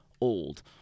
old